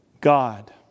God